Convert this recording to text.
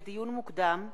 לדיון מוקדם: